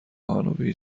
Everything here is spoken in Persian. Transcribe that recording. هانوی